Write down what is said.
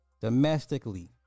Domestically